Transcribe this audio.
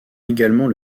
également